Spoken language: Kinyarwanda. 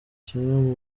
kimwe